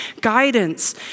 guidance